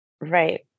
Right